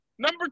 Number